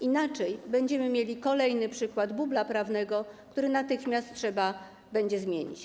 Inaczej będziemy mieli kolejny przykład bubla prawnego, który natychmiast trzeba będzie zmienić.